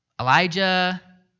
Elijah